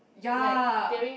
ya